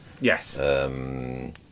Yes